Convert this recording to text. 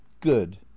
good